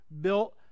built